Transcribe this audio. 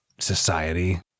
society